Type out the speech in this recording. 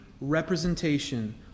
representation